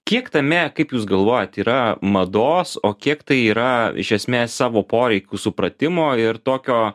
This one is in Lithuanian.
kiek tame kaip jūs galvojat yra mados o kiek tai yra iš esmės savo poreikių supratimo ir tokio